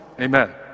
Amen